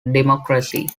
democracy